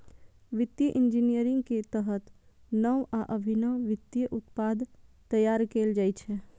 वित्तीय इंजीनियरिंग के तहत नव आ अभिनव वित्तीय उत्पाद तैयार कैल जाइ छै